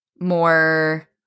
more